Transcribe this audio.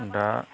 दा